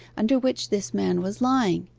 under which this man was lying.